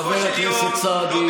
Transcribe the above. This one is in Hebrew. חבר הכנסת סעדי,